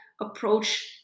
approach